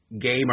Gamer